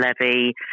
levy